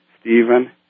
Stephen